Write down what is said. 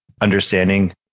understanding